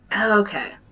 Okay